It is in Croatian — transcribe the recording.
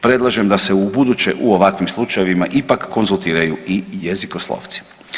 Predlažem da se ubuduće u ovakvim slučajevima ipak konzultiraju i jezikoslovci.